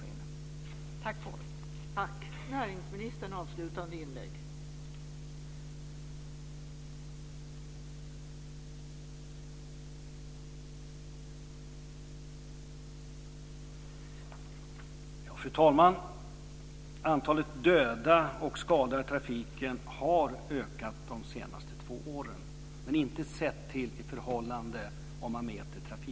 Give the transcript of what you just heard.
Tack för ordet.